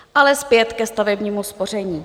Ale zpět ke stavebnímu spoření.